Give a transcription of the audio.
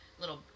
little